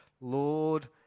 Lord